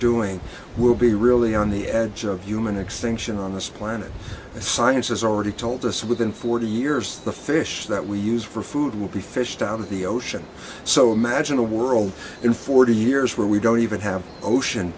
doing will be really on the edge of human extinction on this planet the science has already told us within forty years the fish that we use for food will be fished down of the ocean so imagine a world in forty years where we don't even have ocean